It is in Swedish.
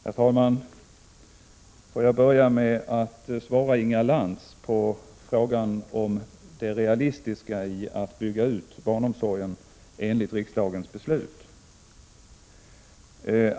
Herr talman! Får jag börja med att svara Inga Lantz på frågan om det realistiska i att bygga ut barnomsorgen enligt riksdagens beslut.